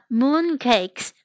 mooncakes